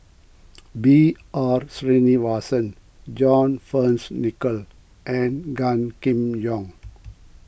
B R Sreenivasan John Fearns Nicoll and Gan Kim Yong